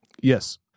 Yes